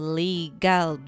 legal